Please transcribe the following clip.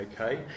Okay